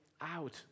out